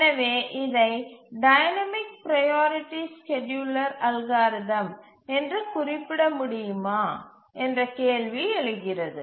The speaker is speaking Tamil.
எனவே இதை டைனமிக் ப்ரையாரிட்டி ஸ்கேட்யூலர் அல்காரிதம் என்று குறிப்பிட முடியுமா என்ற கேள்வி எழுகிறது